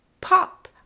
pop